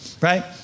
right